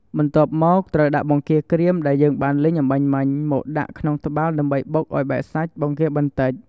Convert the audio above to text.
បន្ទាប់មក ត្រូវដាក់បង្គាក្រៀមដែលយើងបានលីងអម្បាញ់មិញ មកដាក់ក្នុងត្បាល់ដើម្បីបុកឱ្យបែកសាច់បង្គាបន្តិច។